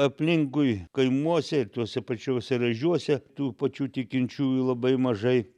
aplinkui kaimuose ir tuose pačiuose raižiuose tų pačių tikinčiųjų labai mažai